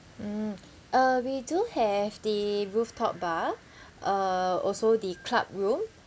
mm uh we do have the rooftop bar uh also the club room